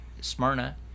Smyrna